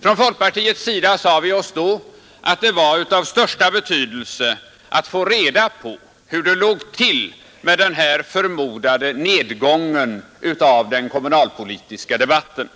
Från folkpartiets sida sade vi oss då att det var av största betydelse att få reda på hur det låg till med denna förmodade nedgång av den kommunalpolitiska debatten.